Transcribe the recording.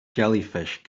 jellyfish